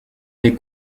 est